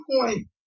point